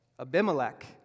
Abimelech